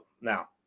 now